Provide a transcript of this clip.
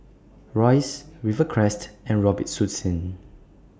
Royce Rivercrest and Robitussin